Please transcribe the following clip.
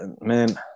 man